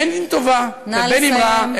בין אם טובה ובין אם רעה,